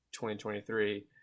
2023